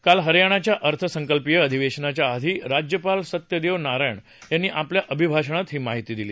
काल हरयाणाच्या अर्थसंकल्पीय अधिवेशनाच्या आधी राज्यपाल सत्यदेव नारायण यांनी आपल्या अभिभाषणात ही माहिती दिली